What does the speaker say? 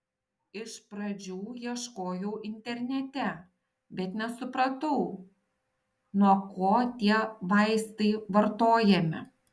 iš pradžių ieškojau internete bet nesupratau nuo ko tie vaistai vartojami